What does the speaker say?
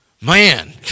Man